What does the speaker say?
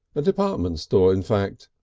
a department store in fact,